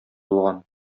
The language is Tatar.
булган